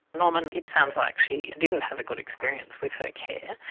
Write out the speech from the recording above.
norman, it sounds like she didn't have a good experience with her care,